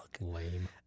Lame